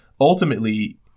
ultimately